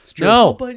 No